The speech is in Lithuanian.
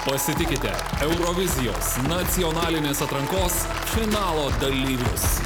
pasitikite eurovizijos nacionalinės atrankos finalo dalyvius